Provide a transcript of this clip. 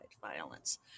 violence